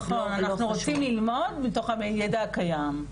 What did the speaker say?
נכון אנחנו רוצים ללמוד מהידע הקיים.